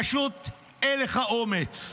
פשוט אין לך אומץ.